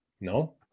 No